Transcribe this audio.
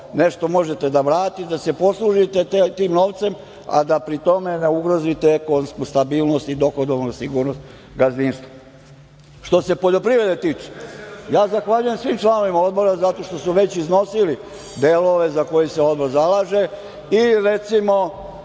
nešto možete da vratite i da se poslužite tim novcem, a da u tome ne ugrozite ekonomsku stabilnost i dohodovnu sigurnost gazdinstva. Što se poljoprivrede tiče, ja zahvaljujem svim članovima Odbora zato što su već iznosili delove za koje se Odbor zalaže ili, recimo,